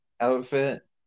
outfit